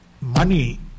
money